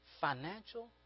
financial